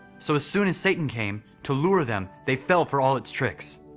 so as soon as satan came to lure them, they fell for all its tricks.